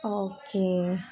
okay